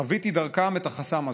חוויתי דרכם את החסם הזה.